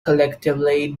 collectively